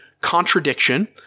contradiction